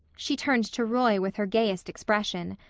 she turned to roy with her gayest expression.